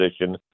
position